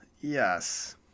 Yes